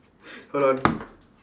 hold on